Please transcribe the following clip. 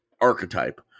archetype